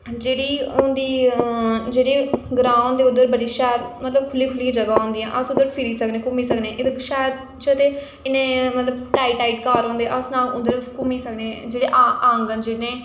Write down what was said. जेह्ड़ी होंदी जेह्ड़ी ग्रां होंदे उद्धर बड़ी शैल मतलब खु'ल्लियां खु'ल्लियां ज'गां होंदियां अस उद्धर फिरी सकनें घूमी सकनें एह्दे कोला शैह्र ते इन्ने मतलब टाइट टाइट घर होंदे अस ना उद्धर घूमी सकनें जेह्ड़े आं आंगन जि'नें गी